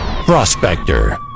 Prospector